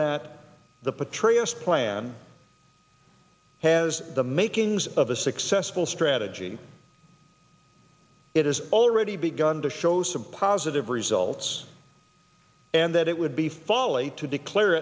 patris plan has the makings of a successful strategy it has already begun to show some positive results and that it would be folly to declare